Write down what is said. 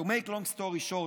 To make long story short,